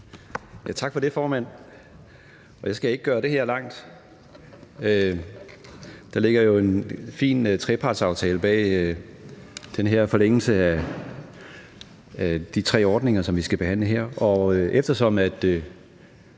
Tak for det, formand. Jeg skal ikke gøre det her langt. Der ligger jo en fin trepartsaftale bag den her forlængelse af de tre ordninger, som vi skal behandle her,